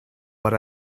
but